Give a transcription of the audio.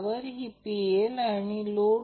तर ही आकृती 22 आहे